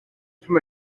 from